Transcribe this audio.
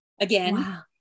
Again